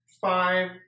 five